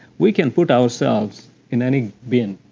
we can put ourselves in any bin.